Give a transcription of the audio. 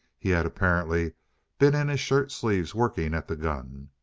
he had apparently been in his shirt sleeves working at the gun.